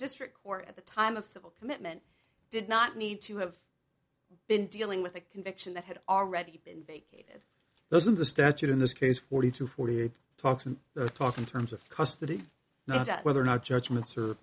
district court at the time of civil commitment did not need to have been dealing with a conviction that had already been bit those of the statute in this case forty two forty eight talks the talk in terms of custody not whether or not judgments